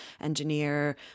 engineer